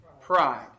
Pride